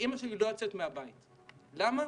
אמא שלי לא יוצאת מהבית למה?